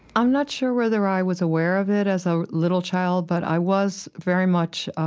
i'm not sure whether i was aware of it as a little child, but i was very much